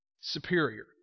superior